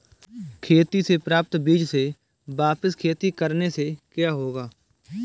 खेती से प्राप्त बीज से वापिस खेती करने से क्या होगा?